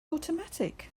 automatic